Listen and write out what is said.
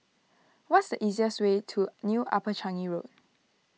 what is the easiest way to New Upper Changi Road